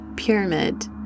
pyramid